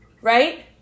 right